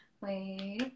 Wait